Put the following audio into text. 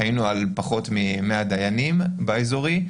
היו פחות מ-100 דיינים באזורי,